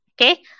okay